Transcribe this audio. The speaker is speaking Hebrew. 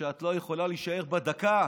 שאת לא יכולה להישאר בה דקה,